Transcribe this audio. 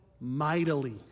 mightily